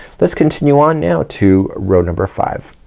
let's continue on now to row number five.